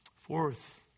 Fourth